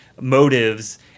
motives